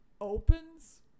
opens